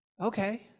okay